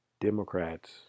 democrats